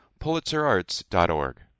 pulitzerarts.org